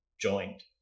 joined